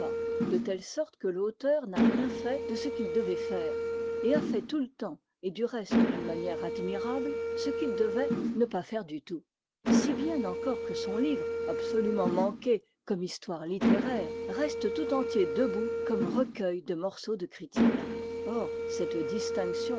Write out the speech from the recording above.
de telle sorte que l'auteur n'a rien fait de ce qu'il devait faire et a fait tout le temps et du reste d'une manière admirable ce qu'il devait ne pas faire du tout si bien encore que son livre absolument manqué comme histoire littéraire reste tout entier debout comme recueil de morceaux de critique or cette distinction